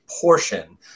portion